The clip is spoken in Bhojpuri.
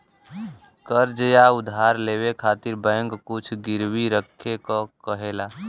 कर्ज़ या उधार लेवे खातिर बैंक कुछ गिरवी रखे क कहेला